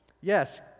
Yes